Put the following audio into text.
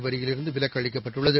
வரியிலிருந்து விலக்களிக்கப்பட்டுள்ளது